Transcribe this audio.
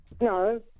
No